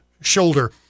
shoulder